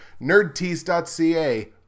Nerdtease.ca